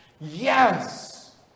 Yes